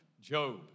Job